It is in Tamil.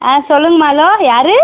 ஆ சொல்லுங்கம்மா ஹலோ யார்